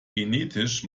genetisch